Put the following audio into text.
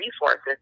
resources